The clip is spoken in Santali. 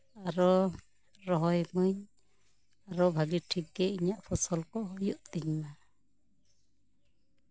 ᱟᱨᱚ ᱨᱚᱦᱚᱭ ᱢᱟᱹᱧ ᱵᱷᱟᱜᱮ ᱴᱷᱤᱠ ᱜᱮ ᱤᱧᱟᱜ ᱯᱷᱚᱥᱚᱞ ᱠᱚ ᱦᱩᱭᱩᱜ ᱛᱤᱧ ᱢᱟ